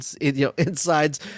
insides